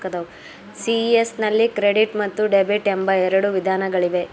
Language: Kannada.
ಸಿ.ಇ.ಎಸ್ ನಲ್ಲಿ ಕ್ರೆಡಿಟ್ ಮತ್ತು ಡೆಬಿಟ್ ಎಂಬ ಎರಡು ವಿಧಾನಗಳಿವೆ